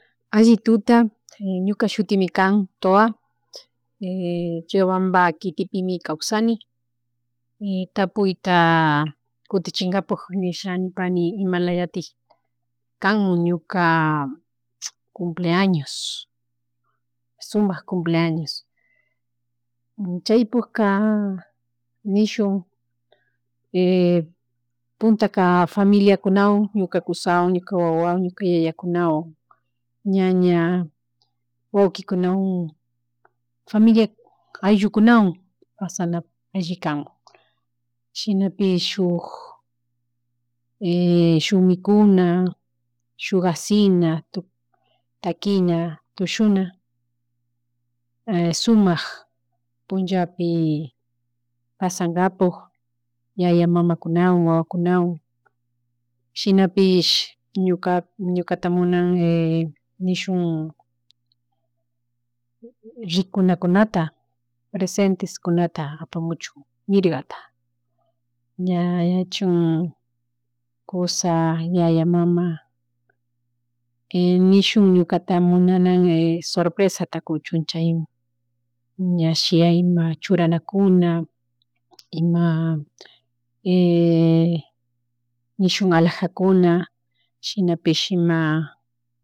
Alli tuta ñuka shutimi kan Toa, Riobamba kitipimi kawsani y tapuyta kutichinkapush nisha pani imalayatik kan ñuka cumpleaños, sumak cumpleaños chaypuka nishun puntaka familiakunawan ñuka kushawan ñuka wawawun ñuka yayakunawan ñaña, waukikunawan ayllukunawan pasana alli kanmun. Shinapish shuk shuk mikuna, shuk ashina tukuy, takina, tushuna, sumak punllapi pashangapuk, yaya mamakunawan, wawakunawan. Shinapish ñuka munan nishun rikunakunata, presenteskunata apamuchun mirgata, ña kusha, yaya, mama nishun ñukata munanan sorpresata kuchun chay ña, churanakuna ima nishun alajakuna, shinapish ima